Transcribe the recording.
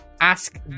ask